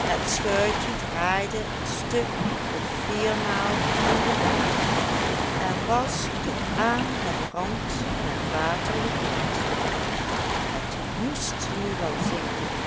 het schuitje draaide een stuk of viermaal in de rondte en was tot aan den rand met water gevuld het moest nu wel zinken